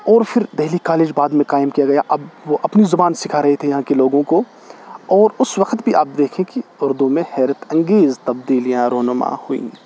اور پھر دہلی کالج بعد میں قائم کیا گیا اب وہ اپنی زبان سکھا رہے تھے یہاں کے لوگوں کو اور اس وقت بھی آپ دیکھیں کہ اردو میں حیرت انگیز تبدیلیاں رونماں ہوئیں